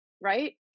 right